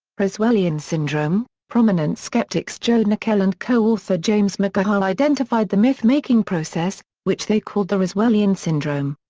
roswellian syndrome prominent skeptics joe nickell and co-author james mcgaha identified the myth-making process, which they called the roswellian syndrome.